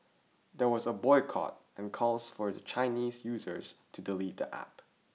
there was a boycott and calls for Chinese users to delete the App